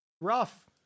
Rough